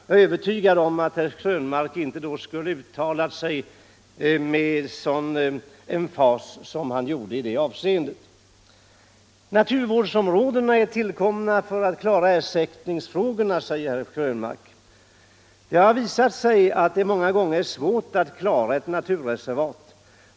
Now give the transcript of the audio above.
Jag är övertygad om att herr Krönmark då inte skulle naturvårdslagen uttala sig med sådan emfas som han gjorde. och skogsvårdsla Naturvårdsområdena är tillkomna för att klara ersättningsfrågorna, sä — gen, m. m ger herr Krönmark. Det har visat sig att det många gånger är svårt att klara ett naturreservat.